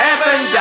Evan